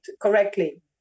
correctly